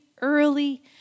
early